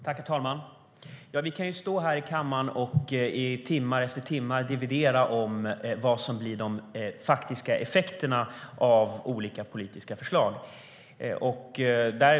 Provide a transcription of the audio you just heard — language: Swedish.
Herr talman! Vi kan stå här i kammaren timme efter timme och dividera om vad som blir de faktiska effekterna av olika politiska förslag.